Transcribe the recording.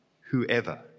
Whoever